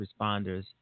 responders